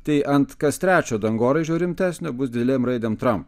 tai ant kas trečio dangoraižio rimtesnio bus didelėm raidėm tramp